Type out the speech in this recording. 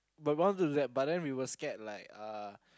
but we wanted to do that but we were scared like uh